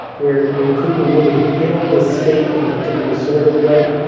where we couldn't really hail the state in a particular sort of way.